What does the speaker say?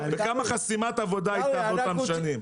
וכמה חסימת עבודה ייקח עוד פעם שנים.